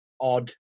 odd